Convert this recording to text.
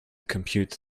compute